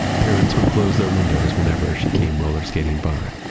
parents would close their windows whenever she came roller skating by.